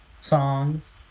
songs